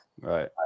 right